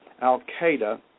al-Qaeda